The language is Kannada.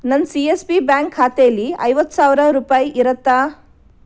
ನನ್ನ ಸಿ ಎಸ್ ಬಿ ಬ್ಯಾಂಕ್ ಖಾತೆಯಲ್ಲಿ ಐವತ್ತು ಸಾವಿರ ರೂಪಾಯಿ ಇರತ್ತಾ